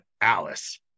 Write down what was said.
Alice